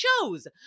shows